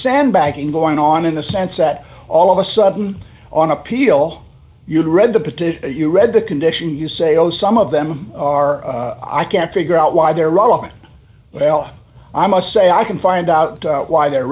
sandbagging going on in the sense that all of a sudden on appeal you'd read the petition you read the condition you say oh some of them are i can't figure out why they're wrong well i must say i can find out why they're